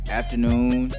afternoon